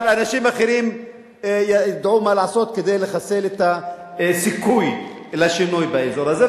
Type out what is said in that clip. אבל אנשים אחרים ידעו מה לעשות כדי לחסל את הסיכוי לשינוי באזור הזה,